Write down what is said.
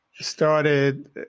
started